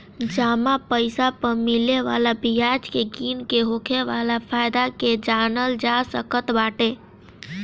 जमा पईसा पअ मिले वाला बियाज के गिन के होखे वाला फायदा के जानल जा सकत बाटे